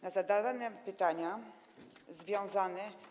Na zadawane pytania związany.